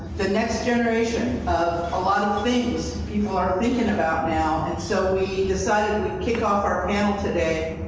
the next generation of a lot of things people are thinking about now. and so, we decided we'd kick off our panel today,